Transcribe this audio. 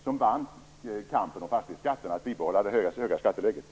som vann kampen om fastighetsskatten som innebär bibehållandet av den höga skattenivån.